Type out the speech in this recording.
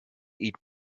eat